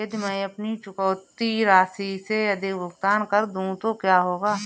यदि मैं अपनी चुकौती राशि से अधिक भुगतान कर दूं तो क्या होगा?